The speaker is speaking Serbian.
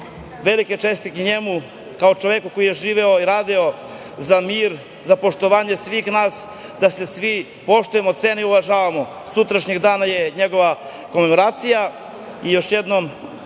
velike čestitke njemu kao čoveku koji je živeo i radio za mir, za poštovanje svih nas, da se svi poštujemo, cenimo i uvažavamo. Sutra je njegova komemoracija. Još jednom